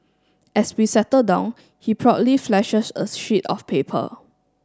as we settle down he proudly flashes a sheet of paper